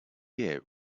gear